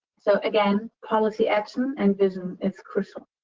so, again, policy action and vision is crucial.